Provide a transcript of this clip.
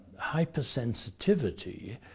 hypersensitivity